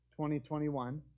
2021